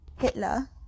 Hitler